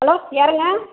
hello யாருங்க